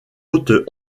haute